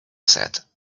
set